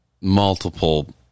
multiple